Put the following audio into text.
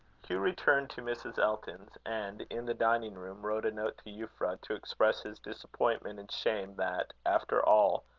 hugh returned to mrs. elton's, and, in the dining-room, wrote a note to euphra, to express his disappointment, and shame that, after all,